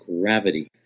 Gravity